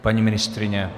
Paní ministryně?